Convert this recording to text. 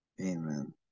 Amen